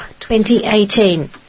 2018